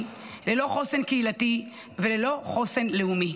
ללא חוסן אישי, ללא חוסן קהילתי וללא חוסן לאומי.